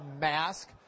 mask